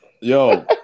Yo